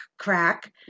crack